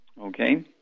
okay